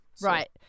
Right